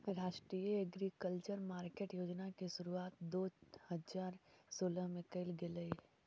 राष्ट्रीय agriculture market योजना के शुरुआत दो हज़ार सोलह में कैल गेलइ